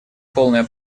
полное